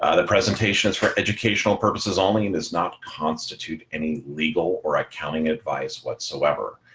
ah the presentation is for educational purposes only and is not constitute any legal or accounting advice whatsoever.